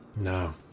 no